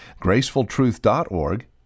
gracefultruth.org